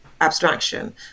abstraction